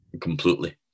completely